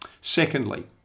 Secondly